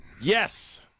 Yes